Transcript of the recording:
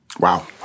Wow